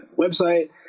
website